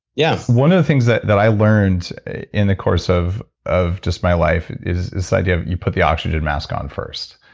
yeah. one of the things that that i learned in the course of of just my life is is idea that you put the oxygen mask on first.